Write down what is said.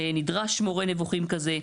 נדרש מורה נבוכים כזה.